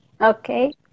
Okay